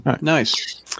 Nice